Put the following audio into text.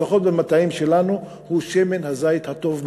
לפחות במטעים שלנו הוא שמן הזית הטוב בעולם.